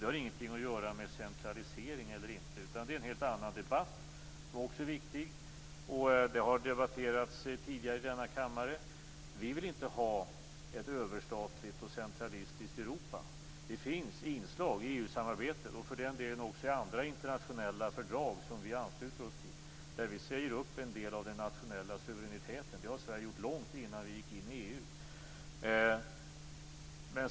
Det har ingenting att göra med centralisering eller inte. Det är en helt annan debatt som också är viktig och som tidigare har förts i denna kammare. Vi vill inte ha ett överstatligt och centralistiskt Europa. Det finns inslag i EU-samarbetet - och för den delen också i andra internationella fördrag som vi har anslutit oss till - där vi säger upp en del av den nationella suveräniteten. Det har Sverige gjort långt innan vi gick med i EU.